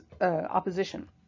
opposition